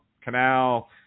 Canal